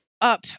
up